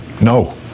no